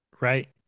Right